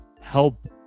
help